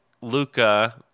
Luca